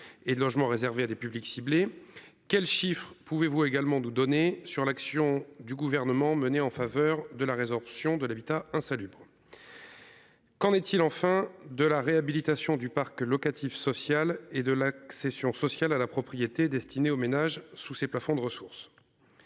et de logements réservés à des publics ciblés. Quels chiffres, pouvez-vous également nous donner sur l'action du gouvernement menée en faveur de la résorption de l'habitat insalubre.-- Qu'en est-il enfin de la réhabilitation du parc locatif social et de l'accession sociale à la propriété destiné aux ménages sous ces plafonds de ressources.--